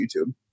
YouTube